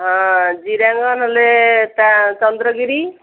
ହଁ ଜିରାଙ୍ଗ ନହେଲେ ଚନ୍ଦ୍ରଗିରି